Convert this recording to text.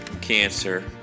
cancer